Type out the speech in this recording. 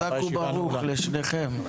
חזק וברוך לשניכם.